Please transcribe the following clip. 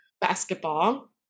basketball